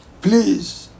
please